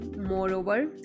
Moreover